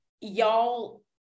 y'all